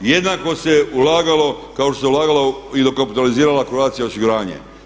Jednako se ulagalo kao što se ulagalo i dokapitaliziralo Croatia osiguranje.